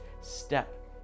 step